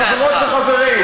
חברות וחברים,